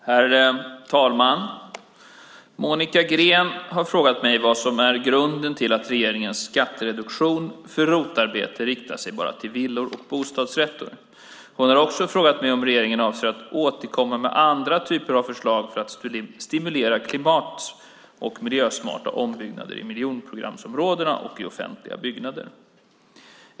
Herr talman! Monica Green har frågat mig vad som är grunden till att regeringens skattereduktion för ROT-arbete riktar sig bara till villor och bostadsrätter. Hon har också frågat mig om jag och regeringen avser att återkomma med andra typer av förslag för att stimulera till klimat och miljösmarta ombyggnader i miljonprogramsområden och i offentliga byggnader.